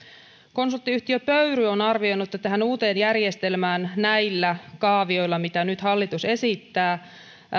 konsulttiyhtiö pöyry on arvioinut että tähän uuteen järjestelmään näillä kaavioilla mitä nyt hallitus esittää